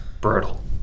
Brutal